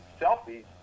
selfies